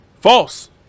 False